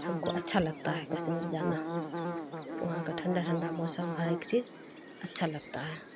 ہم کو اچھا لگتا ہے کشمیر جانا وہاں کا ٹھنڈا ٹھنڈا موسم ہر ایک چیز اچھا لگتا ہے